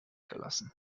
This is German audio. gelassen